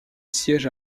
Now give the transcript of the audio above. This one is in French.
siège